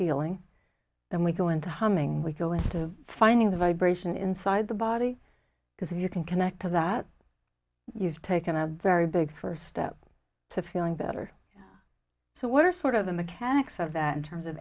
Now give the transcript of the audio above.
healing then we go into humming we go in to finding the vibration inside the body because if you can connect to that you've taken a very big first step to feeling better so what are sort of the mechanics of that in terms of